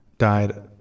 died